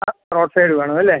ആ road side വേണം അല്ലേ